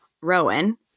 Rowan